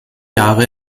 jahre